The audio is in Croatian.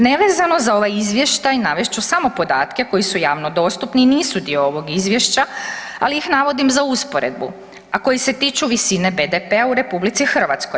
Nevezano za ovaj Izvještaj, navest ću samo podatke koji su javno dostupni i nisu dio ovog Izvješća, ali ih navodim za usporedbu, a koji se tiču visine BDP-a u RH.